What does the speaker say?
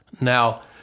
Now